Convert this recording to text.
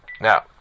Now